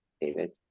David